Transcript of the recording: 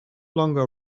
longer